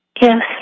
Yes